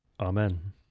Amen